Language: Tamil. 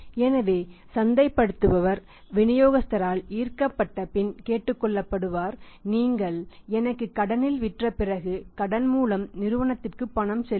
எனவே சந்தைபடுத்துபவர் விநியோகஸ்தரால் ஈர்க்கப்பட்டபின் கேட்டுக்கொள்ளப்படுவார் நீங்கள் எனக்கு கடனில் விற்றபிறகு கடன்மூலம் நிறுவனத்திற்கு பணம் செல்லும்